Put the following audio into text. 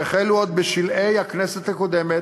שהחלו עוד בשלהי הכנסת הקודמת,